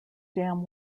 damn